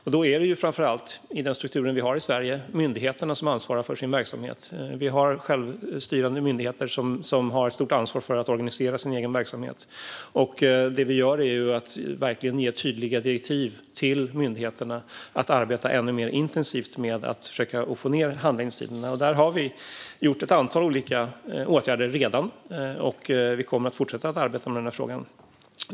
Med den struktur vi har i Sverige är det framför allt myndigheterna som ansvarar för sina verksamheter. Vi har självstyrande myndigheter som har stort ansvar för att organisera sina egna verksamheter. Det vi gör är att ge tydliga direktiv till myndigheterna om att arbeta ännu mer intensivt med att försöka korta handläggningstiderna. Vi har redan vidtagit ett antal olika åtgärder och kommer att fortsätta arbeta med frågan.